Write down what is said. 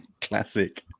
Classic